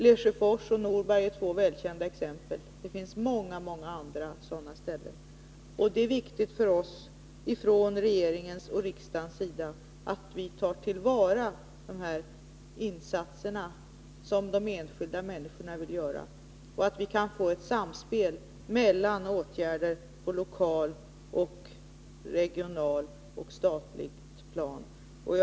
Lesjöfors och Norberg är två välkända exempel, det finns många andra sådana ställen. Det är viktigt för oss i regeringen och i riksdagen att ta till vara de insatser som enskilda människor vill göra och att få ett samspel mellan åtgärder på lokal, regional och statlig nivå.